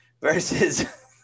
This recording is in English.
versus